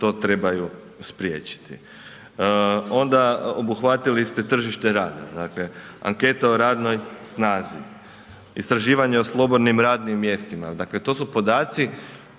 to trebaju spriječiti. Ona obuhvatili ste tržište rada, dakle anketa o radnoj snazi, istraživanje o slobodnim radnim mjestima. Dakle, to su podaci